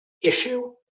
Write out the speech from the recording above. issue